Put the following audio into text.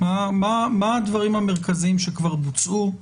מה הדברים המרכזיים שכבר בוצעו?